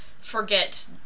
forget